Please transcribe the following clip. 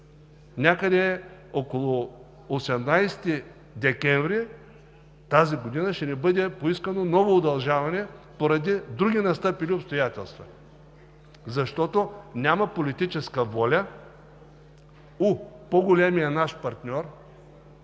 Някъде около 18 декември тази година ще ни бъде поискано ново удължаване поради други настъпили обстоятелства, защото няма политическа воля у по-големия наш партньор